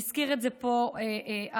והזכיר את זה פה אחמד,